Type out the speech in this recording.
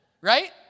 right